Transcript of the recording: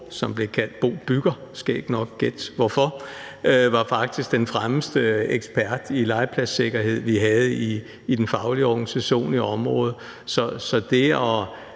som blev kaldt Bo Bygger, skægt nok, gæt hvorfor, faktisk var den fremmeste ekspert i legepladssikkerhed, vi havde i den faglige organisation i området. Så det at